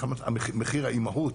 מחיר האימהות,